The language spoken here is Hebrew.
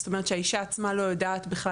זאת אומרת שהאישה עצמה לא יכולה בכלל